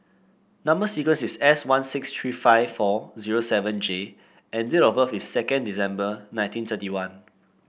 number sequence is S one six three five four zero seven G and date of birth is second December nineteen thirty one